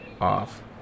off